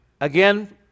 Again